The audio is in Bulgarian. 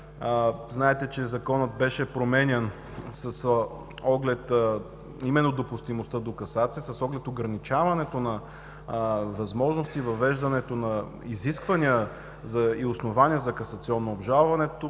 Знаете, че Законът беше променян с оглед именно допустимостта до касация, с оглед ограничаването на възможности и въвеждането на изисквания и основания за касационно обжалване.